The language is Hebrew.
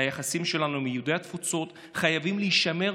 היחסים שלנו עם יהודי התפוצות חייבים להישמר,